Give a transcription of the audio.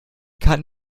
kann